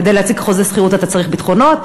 וכדי להציג חוזה שכירות אתה צריך ביטחונות,